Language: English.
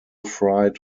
fried